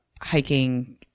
hiking